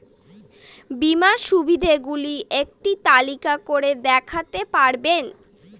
বীমার সুবিধে গুলি একটি তালিকা করে দেখাতে পারবেন?